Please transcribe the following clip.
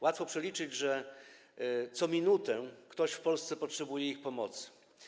Łatwo przeliczyć, że co minutę ktoś w Polsce potrzebuje ich pomocy.